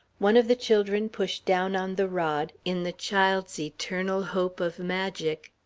one of the children pushed down on the rod, in the child's eternal hope of magic,